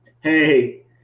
Hey